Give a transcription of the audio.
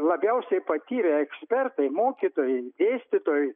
labiausiai patyrę ekspertai mokytojai dėstytojai